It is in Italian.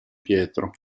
pietro